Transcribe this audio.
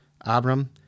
Abram